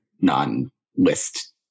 non-list